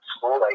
School